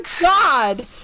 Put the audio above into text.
God